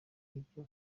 ibyo